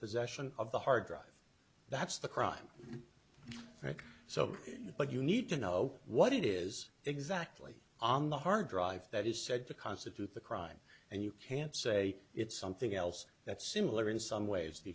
possession of the hard drive that's the crime so but you need to know what it is exactly on the hard drive that is said to constitute the crime and you can't say it's something else that's similar in some ways the